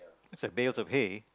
is like bails okay